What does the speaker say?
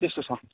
त्यस्तो छ